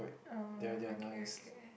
uh okay okay